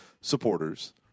supporters